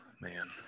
man